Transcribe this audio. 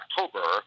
October